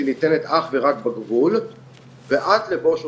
שהיא ניתנת אך ורק בגבול ועד לבוא שוטר.